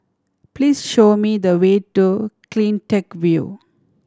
please show me the way to Cleantech View